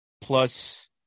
plus